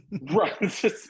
Right